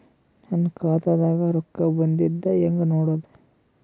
ನನ್ನ ಖಾತಾದಾಗ ರೊಕ್ಕ ಬಂದಿದ್ದ ಹೆಂಗ್ ನೋಡದು?